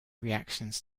reactions